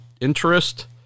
interest